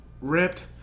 ripped